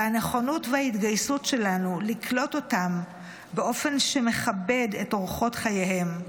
והנכונות וההתגייסות שלנו לקלוט אותם באופן שמכבד את אורחות חייהם,